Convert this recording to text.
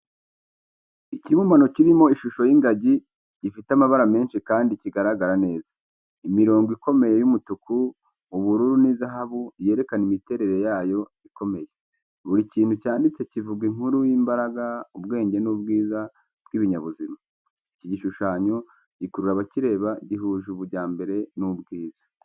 Ikibumbano kirimo ishusho y’ingagi gifite amabara menshi kandi kigaragara neza. Imirongo ikomeye y’umutuku, ubururu n'izahabu yerekana imiterere yayo ikomeye. Buri kintu cyanditse kivuga inkuru y’imbaraga, ubwenge n’ubwiza bw’ibinyabuzima. Iki gishushanyo gikurura abakireba, gihuje ubujyambere n’ubwiza